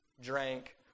drank